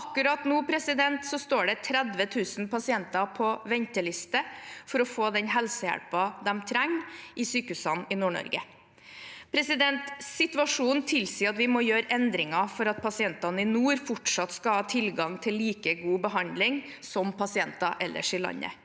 Akkurat nå står ca. 30 000 pasienter på ventelister for å få den helsehjelpen de trenger i sykehusene i Nord-Norge. Situasjonen tilsier at vi må gjøre endringer for at pasienter i nord fortsatt skal ha tilgang til like god behandling som pasienter ellers i landet.